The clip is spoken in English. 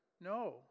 No